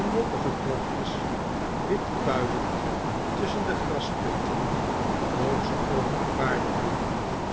en moppige klompjes wit puilend tusschen de grassprieten boog ze over de paardebloemen